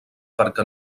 perquè